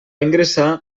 ingressar